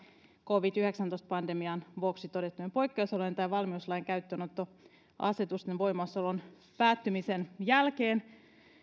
covid yhdeksäntoista pandemian vuoksi todettujen poikkeusolojen tai valmiuslain käyttöönottoasetusten voimassaolon päättymisen jälkeen tämä